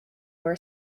were